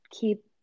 keep